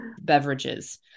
beverages